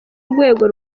rwego